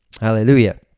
Hallelujah